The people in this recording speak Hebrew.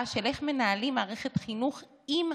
של איך מנהלים מערכת חינוך עם הקורונה.